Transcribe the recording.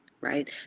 Right